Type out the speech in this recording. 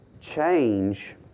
Change